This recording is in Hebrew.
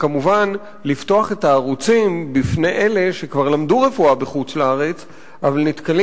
וכמובן לפתוח את הערוצים בפני אלה שכבר למדו רפואה בחוץ-לארץ אבל נתקלים